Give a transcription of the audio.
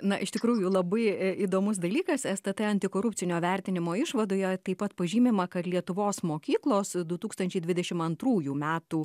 na iš tikrųjų labai įdomus dalykas stt antikorupcinio vertinimo išvadoje taip pat pažymima kad lietuvos mokyklos du tūkstančiai dvidešim antrųjų metų